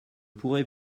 pourrais